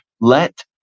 let